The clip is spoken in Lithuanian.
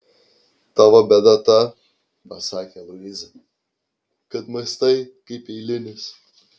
tavo bėda ta pasakė luiza kad mąstai kaip eilinis